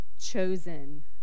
chosen